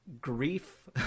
grief